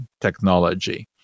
technology